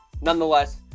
nonetheless